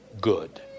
good